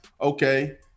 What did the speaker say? okay